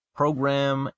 program